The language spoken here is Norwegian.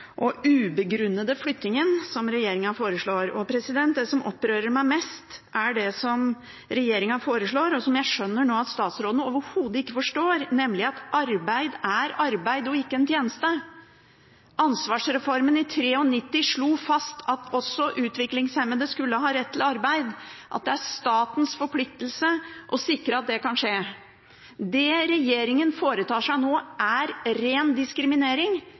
og ubegrunnede flyttingen som regjeringen foreslår. Det som opprører meg mest, er det som regjeringen foreslår – og som jeg nå skjønner at statsråden overhodet ikke forstår – nemlig at arbeid er arbeid og ikke en tjeneste. Ansvarsreformen i 1993 slo fast at også utviklingshemmede skulle ha rett til arbeid, at det er statens forpliktelse å sikre at det kan skje. Det regjeringen foretar seg nå, er ren diskriminering.